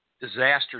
disaster